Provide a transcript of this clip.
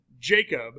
Jacob